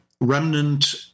remnant